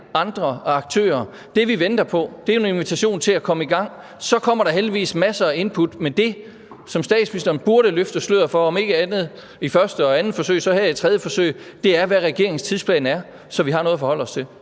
andre aktører. Det, vi venter på, er en invitation til at komme i gang, og så vil der heldigvis komme masser af input. Det, som statsministeren burde løfte sløret for, om ikke i første og andet forsøg, så her i tredje forsøg, er, hvad regeringens tidsplan er, så vi har noget at forholde os til.